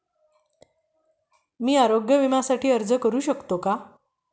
मी आरोग्य विम्यासाठी अर्ज करू शकतो का?